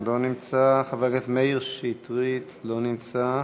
לא נמצא, חבר הכנסת מאיר שטרית, לא נמצא.